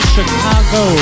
Chicago